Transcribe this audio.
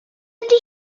ydy